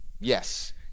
Yes